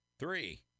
Three